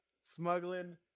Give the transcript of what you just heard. smuggling